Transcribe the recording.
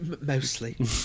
Mostly